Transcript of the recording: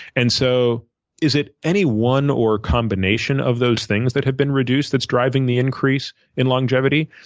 and so is it any one or combination of those things that have been reduced that's driving the increase in longevity?